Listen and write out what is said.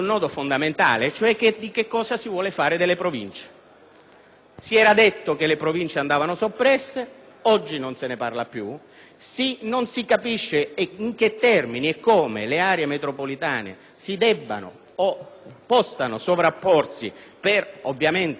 Si era detto che andavano soppresse; oggi non se ne parla più. Non si capisce in che termini e in che modo le aree metropolitane possano sovrapporsi (ovviamente per i territori interessati) alle Province esistenti.